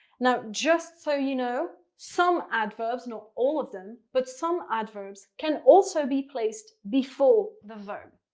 now just so you know, some adverbs not all of them, but some adverbs, can also be placed before the verb.